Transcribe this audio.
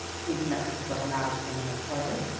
please note, this webinar is being recorded.